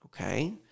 Okay